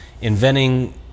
inventing